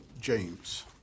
James